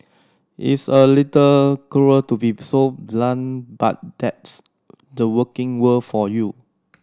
it's a little cruel to be so blunt but that's the working world for you